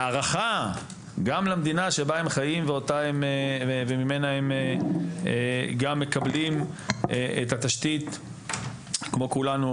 להערכה גם למדינה שבה הם חיים וממנה הם גם מקבלים את התשתית כמו כולנו,